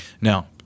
Now